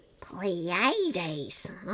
Pleiades